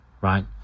Right